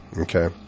Okay